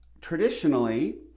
traditionally